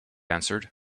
answered